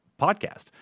podcast